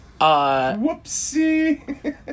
Whoopsie